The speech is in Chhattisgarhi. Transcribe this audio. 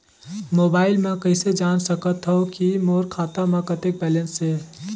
मोबाइल म कइसे जान सकथव कि मोर खाता म कतेक बैलेंस से?